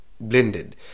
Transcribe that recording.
blended